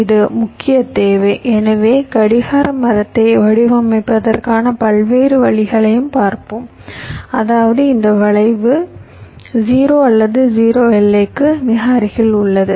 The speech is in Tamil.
இது முக்கிய தேவை எனவே கடிகார மரத்தை வடிவமைப்பதற்கான பல்வேறு வழிகளைப் பார்ப்போம் அதாவது இந்த வளைவு 0 அல்லது 0 எல்லைக்கு மிக அருகில் உள்ளது